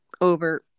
over